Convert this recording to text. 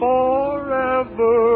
Forever